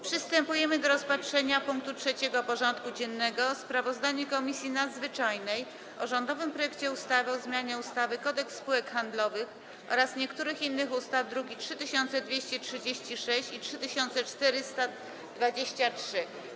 Przystępujemy do rozpatrzenia punktu 3. porządku dziennego: Sprawozdanie Komisji Nadzwyczajnej o rządowym projekcie ustawy o zmianie ustawy Kodeks spółek handlowych oraz niektórych innych ustaw (druki nr 3236 i 3423)